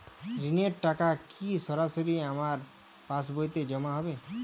ঋণের টাকা কি সরাসরি আমার পাসবইতে জমা হবে?